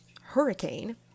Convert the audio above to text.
hurricane